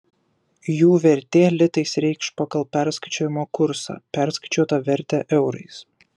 jų vertė litais reikš pagal perskaičiavimo kursą perskaičiuotą vertę eurais